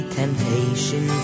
temptation